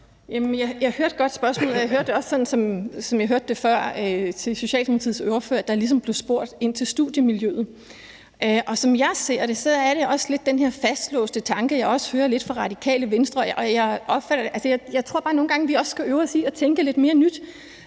jeg hørte godt spørgsmålet, og jeg hørte det også sådan, som jeg hørte det før til Socialdemokratiets ordfører, der blev spurgt ind til studiemiljøet. Og som jeg ser det, er det lidt den her fastlåste tanke, som jeg også lidt hører fra Radikale Venstre. Jeg tror bare, at vi også nogle gange skal øve os i at tænke lidt mere nyt.